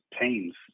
teams